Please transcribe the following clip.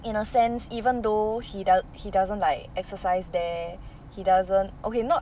in a sense even though he doesn~ he doesn't like exercise there he doesn't okay not